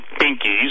pinkies